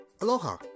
Aloha